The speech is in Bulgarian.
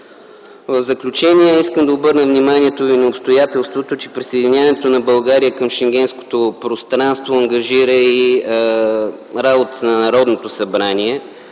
В заключение искам да обърна вниманието ви на обстоятелството, че присъединяването на България към Шенгенското пространство ангажира и работата на Народното събрание.